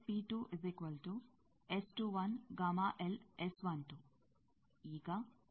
ಈಗ ಯಾವುದೇ ಲೂಪ್ ಇದೆಯೇ